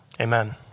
Amen